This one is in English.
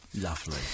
Lovely